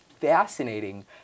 fascinating